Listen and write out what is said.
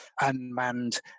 unmanned